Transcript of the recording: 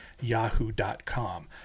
yahoo.com